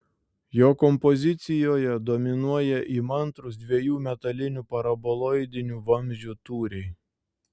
jo kompozicijoje dominuoja įmantrūs dviejų metalinių paraboloidinių vamzdžių tūriai